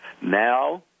Now